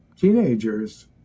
teenagers